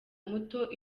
muto